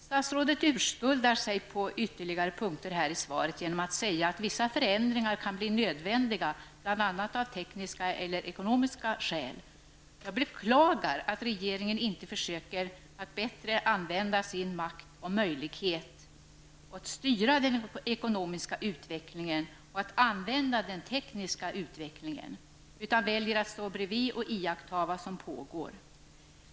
Statsrådet urskuldar sig på ytterligare punkter i svaret genom att säga att vissa förändringar kan bli nödvändiga av bl.a. tekniska eller ekonomiska skäl. Jag beklagar att regeringen inte försöker att bättre använda sin makt och sina möjligheter att styra den ekonomiska utvecklingen och använda den tekniska utvecklingen, utan väljer att stå brevid och iaktta vad som pågår.